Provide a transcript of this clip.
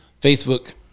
Facebook